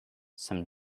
some